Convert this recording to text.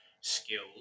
skills